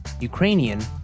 Ukrainian